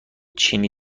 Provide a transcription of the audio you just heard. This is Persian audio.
چینی